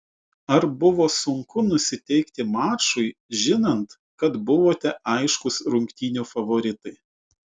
ar buvo sunku nusiteikti mačui žinant kad buvote aiškūs rungtynių favoritai